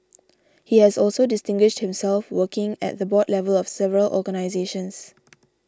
he has also distinguished himself working at the board level of several organisations